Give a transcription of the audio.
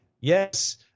yes